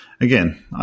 again